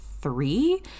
three